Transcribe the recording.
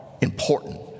important